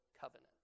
covenant